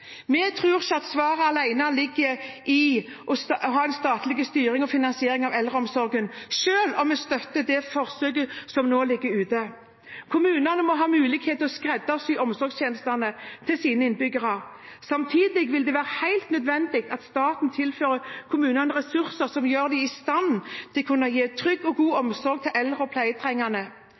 Vi tror ikke svaret alene ligger i statlig styring og finansiering av eldreomsorgen, selv om vi støtter det forsøket som nå ligger ute. Kommunene må ha mulighet til å skreddersy omsorgstjenestene til sine innbyggere. Samtidig vil det være helt nødvendig at staten tilfører kommunene ressurser som gjør dem i stand til å kunne gi en trygg og god omsorg til eldre og pleietrengende.